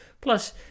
Plus